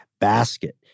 basket